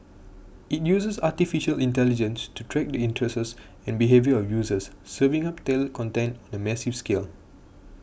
it uses Artificial Intelligence to track the interests and behaviour of users serving up tailored content on a massive scale